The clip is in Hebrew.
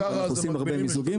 אנחנו עושים הרבה מיזוגים.